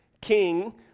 king